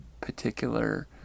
particular